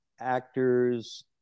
actors